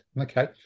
Okay